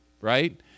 right